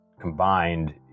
combined